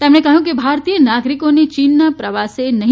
તેમણે કહ્યુંકે ભારતીય નાગરીકોને ચીનનો પ્રવાસે નહી